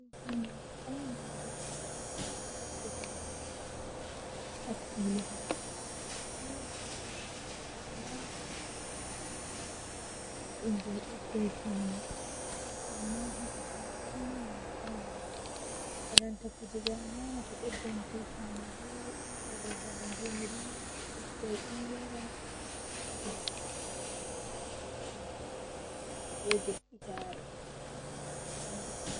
Eh wakkati feere midon jilla gimiiji feere feere mi nana nadum gimol gotel tan ba.